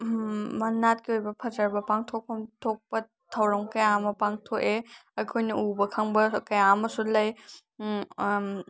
ꯅꯥꯠꯀꯤ ꯑꯣꯏꯕ ꯐꯖꯔꯕ ꯄꯥꯡꯊꯣꯛꯐꯝ ꯊꯣꯛꯄ ꯊꯧꯔꯝ ꯀꯌꯥ ꯑꯃ ꯄꯥꯡꯊꯣꯛꯑꯦ ꯑꯩꯈꯣꯏꯅ ꯎꯕ ꯈꯪꯕ ꯀꯌꯥ ꯑꯃꯁꯨ ꯂꯩ